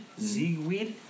Zigweed